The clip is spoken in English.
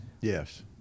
Yes